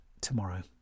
tomorrow